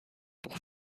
pour